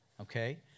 Okay